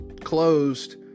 closed